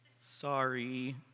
sorry